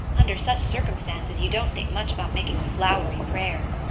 under such circumstances you don't think much about making a flowery prayer.